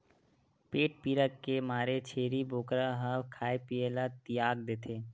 पेट पीरा के मारे छेरी बोकरा ह खाए पिए ल तियाग देथे